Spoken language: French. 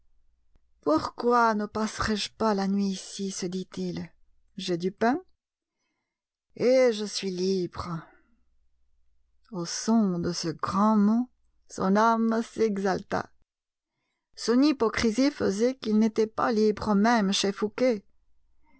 pourquoi ne passerais je pas la nuit ici se dit-il j'ai du pain et je suis libre au son de ce grand mot son âme s'exalta son hypocrisie faisait qu'il n'était pas libre même chez fouqué